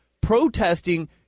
protesting